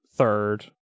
Third